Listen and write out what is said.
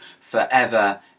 forever